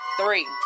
Three